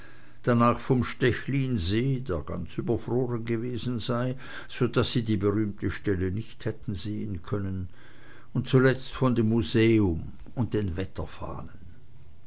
danach vom stechlinsee der ganz überfroren gewesen sei so daß sie die berühmte stelle nicht hätten sehen können und zuletzt von dem museum und den wetterfahnen